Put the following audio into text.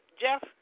Jeff